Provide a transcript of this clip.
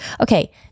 okay